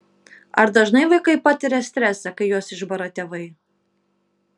ar dažnai vaikai patiria stresą kai juos išbara tėvai